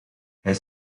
hij